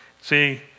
See